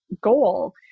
goal